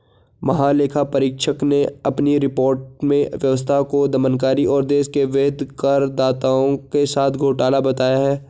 महालेखा परीक्षक ने अपनी रिपोर्ट में व्यवस्था को दमनकारी और देश के वैध करदाताओं के साथ घोटाला बताया है